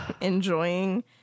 Enjoying